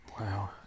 Wow